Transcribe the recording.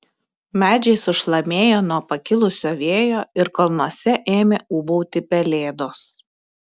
medžiai sušlamėjo nuo pakilusio vėjo ir kalnuose ėmė ūbauti pelėdos